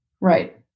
Right